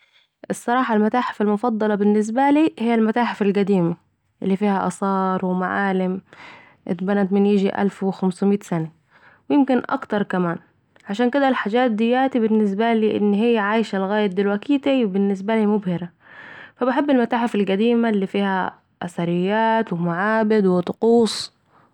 الصراحه المتاحف المفضله بالنسبة لي هي المتاحف القديمه اللي فيها اثار ومعالم اتبنت من يجي الف و خمسميت سنه ويمكن اكثر كمان عشان كده الحاجات دياتي بالنسبه لي ان هي عايشه لغايه دلوقتي بالنسبه لي مبهره فبحب المتاحف القديمه اللي فيها اثريات ومعابد وطقوس